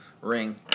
ring